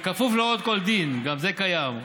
"בכפוף להוראות כל דין" גם זה קיים.